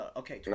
okay